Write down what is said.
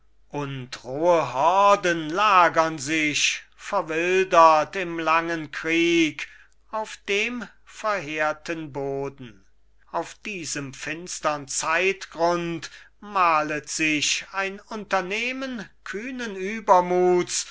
rohe horden lagern sich verwildert im langen krieg auf dem verheerten boden auf diesem finstern zeitgrund malet sich ein unternehmen kühnen übermuts